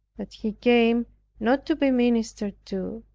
that he came not to be ministered to,